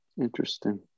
Interesting